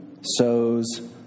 sows